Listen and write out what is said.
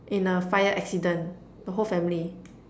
in a fire accident the whole family